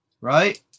right